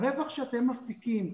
הרווח שאתם מפיקים,